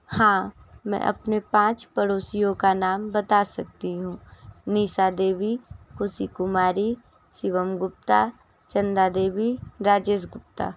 हाँ मैं अपने पाँच पड़ोसियों का नाम बता सकती हूँ निशा देवी ख़ुशी कुमारी शिवम गुप्ता चंदा देवी राजेश गुप्ता